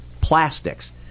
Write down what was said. plastics